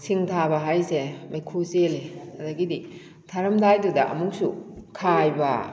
ꯁꯤꯡ ꯊꯥꯕ ꯍꯥꯏꯁꯦ ꯃꯩꯈꯨ ꯆꯦꯜꯂꯤ ꯑꯗꯒꯤꯗꯤ ꯊꯥꯔꯝꯗꯥꯏꯗꯨꯗ ꯑꯃꯨꯛꯁꯨ ꯈꯥꯏꯕ